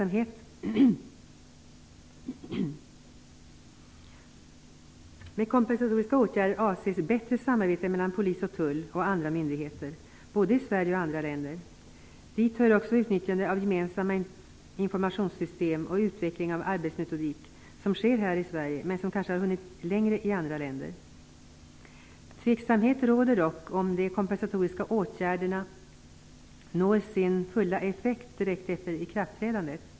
Med kompensatoriska åtgärder avses bättre samarbete mellan polis, tull och andra myndigheter både i Sverige och i andra länder. Dit hör också utnyttjandet av gemensamma informationssystem och den utveckling av arbetsmetodik som sker här i Sverige, men som kanske har hunnit längre i andra länder. Det råder dock tveksamhet om de kompensatoriska åtgärderna når sin fulla effekt direkt efter ikraftträdandet.